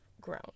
grown